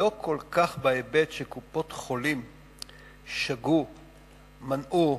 לא כל כך בהיבט שקופות-החולים שגו, מנעו,